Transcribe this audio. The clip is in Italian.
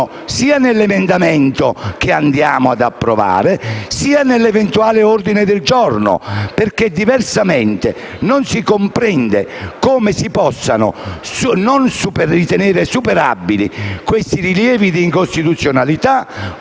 sia nell'emendamento che andiamo ad approvare sia nell'eventuale ordine del giorno. Non si comprende come si possano ritenere non superabili questi rilievi di incostituzionalità